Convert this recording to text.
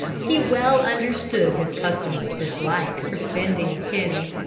he well understood his customer's dislike for spending a penny.